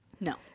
No